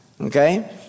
okay